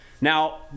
Now